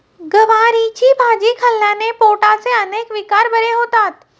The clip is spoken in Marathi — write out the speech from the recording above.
गवारीची भाजी खाल्ल्याने पोटाचे अनेक विकार बरे होतात